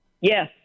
Yes